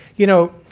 you know,